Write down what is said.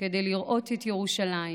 כדי לראות את ירושלים